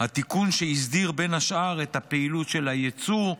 התיקון שהסדיר בין השאר את הפעילות של היצוא,